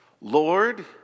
Lord